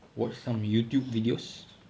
watch some YouTube videos